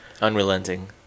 Unrelenting